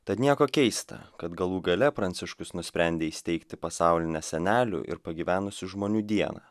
tad nieko keista kad galų gale pranciškus nusprendė įsteigti pasaulinę senelių ir pagyvenusių žmonių dieną